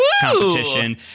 competition